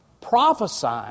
Prophesying